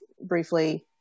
briefly